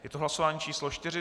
Je to hlasování číslo 4.